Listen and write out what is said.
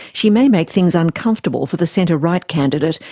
she may make things uncomfortable for the centre right candidate,